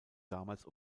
damals